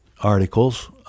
articles